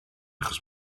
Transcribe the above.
achos